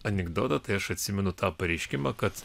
anekdotą tai aš atsimenu tą pareiškimą kad